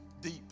Deep